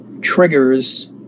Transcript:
triggers